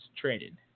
Traded